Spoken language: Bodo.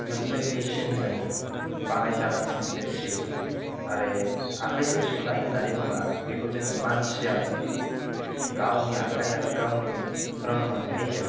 मोनसे मेशिन जों बानायजानाय मोनसे सि आरो आखायजों सुनाय होन्नानै बुङोबा बेखौ जोङो मानसियानो गावनि आखाय आरो गावनि रोंमोन्थाइजों